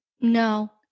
No